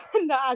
No